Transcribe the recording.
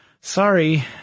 Sorry